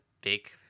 big